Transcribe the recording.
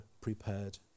prepared